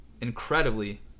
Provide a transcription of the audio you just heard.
incredibly